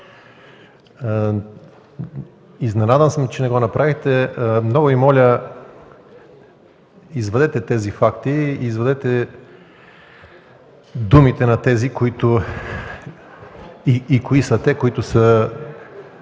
Изненадан съм, че не го направихте. Много Ви моля, извадете тези факти, извадете думите на тези , които са искали да